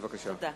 בבקשה.